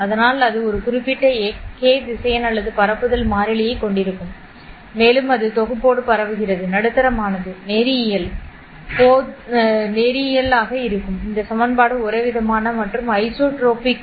அதனால் அது ஒரு குறிப்பிட்ட k திசையன் அல்லது பரப்புதல் மாறிலியைக் கொண்டிருக்கும் மேலும் அது தொகுப்போடு பரவுகிறது நடுத்தரமானது நேரியல் போது இந்த சமன்பாடு ஒரேவிதமான மற்றும் ஐசோட்ரோபிக்